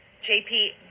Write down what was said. JP